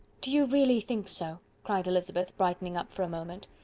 do you really think so? cried elizabeth, brightening up for a moment.